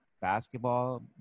basketball